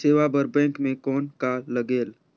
सेवा बर बैंक मे कौन का लगेल?